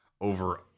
over